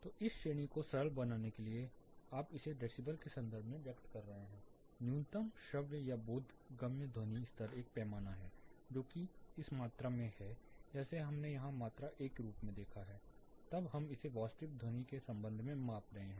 तो इस श्रेणी को सरल बनाने के लिए आप इसे डेसिबल के संदर्भ में व्यक्त कर रहे हैं न्यूनतम श्रव्य या बोधगम्य ध्वनि स्तर एक पैमाना है जो कि एक मात्रा है जिसे हमने यहाँ मात्रा A के रूप में देखा है तब हम इसे वास्तविक ध्वनि के संबंध में माप रहे हैं